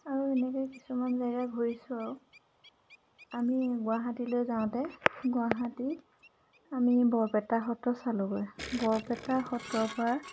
আৰু এনেকৈ কিছুমান জেগা ঘূৰিছোঁ আৰু আমি গুৱাহাটীলৈ যাওঁতে গুৱাহাটী আমি বৰপেটা সত্ৰ চালোঁগৈ বৰপেটা সত্ৰৰ পৰা